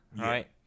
right